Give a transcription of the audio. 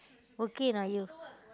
okay not you